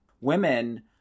Women